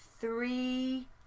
three